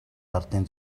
ардын